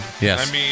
Yes